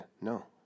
no